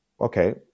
okay